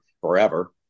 forever